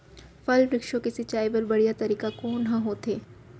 फल, वृक्षों के सिंचाई बर बढ़िया तरीका कोन ह होथे?